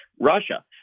Russia